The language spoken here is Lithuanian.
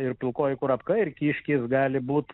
ir pilkoji kurapka ir kiškis gali būt